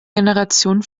generationen